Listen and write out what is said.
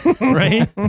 right